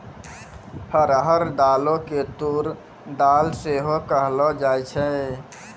अरहर दालो के तूर दाल सेहो कहलो जाय छै